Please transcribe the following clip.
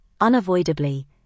unavoidably